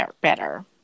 better